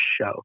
show